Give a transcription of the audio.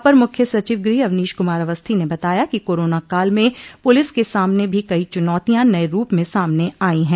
अपर मुख्य सचिव गृह अवनीश कुमार अवस्थी ने बताया कि कोरोना काल में पुलिस के सामने भी कई चुनौतियां नये रूप में सामने आई हैं